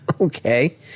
Okay